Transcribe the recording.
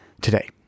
today